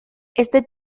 este